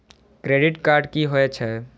Credit card की होय छै?